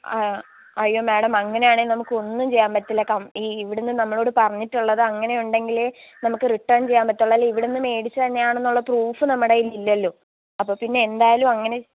ആ അയ്യോ മാഡം അങ്ങനെയാണെങ്കിൽ നമുക്ക് ഒന്നും ചെയ്യാൻ പറ്റില്ല കം ഇവിടന്നു നമ്മളോട് പറഞ്ഞിട്ടുള്ളത് അങ്ങനെയുണ്ടെങ്കിലേ നമുക്ക് റിട്ടേൺ ചെയ്യാൻ പറ്റത്തൊള്ളൂ ഇവിടന്നു മേടിച്ചന്നെയാണെന്നുള്ള പ്രൂഫ് നമ്മുടെ കയ്യിലില്ലല്ലോ അപ്പോൾ പിന്നെ എന്തായാലും അങ്ങനെ